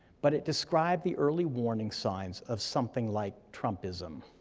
but it described the early warning signs of something like trumpism.